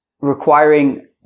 requiring